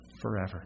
forever